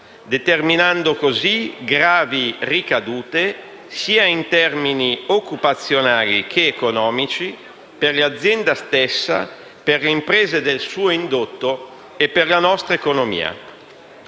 determinando così gravi ricadute sia in termini occupazionali che economici per l'azienda stessa, per le imprese del suo indotto e per la nostra economia.